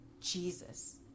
Jesus